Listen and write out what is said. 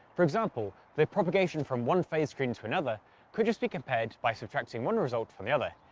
for example, the propagation from one phase screen to another could just be compared by subtracting one result from the other.